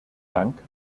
dank